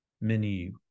menu